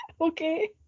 Okay